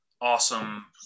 Awesome